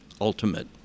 ultimate